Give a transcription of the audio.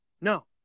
No